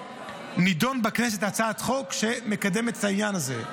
נידונה בכנסת הצעת חוק שמקדמת את העניין הזה.